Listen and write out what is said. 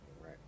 Right